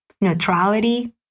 neutrality